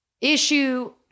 Issue